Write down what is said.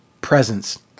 presence